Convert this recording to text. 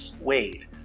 Wade